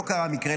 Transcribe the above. לא קרה מקרה,